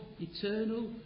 eternal